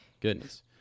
Goodness